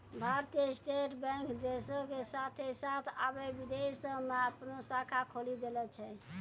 भारतीय State Bank देशो के साथे साथ अबै विदेशो मे अपनो शाखा खोलि देले छै